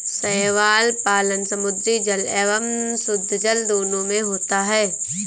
शैवाल पालन समुद्री जल एवं शुद्धजल दोनों में होता है